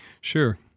Sure